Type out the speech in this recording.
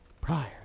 prior